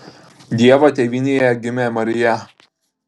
dievo tėvynėje gimė marija